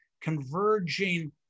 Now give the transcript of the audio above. converging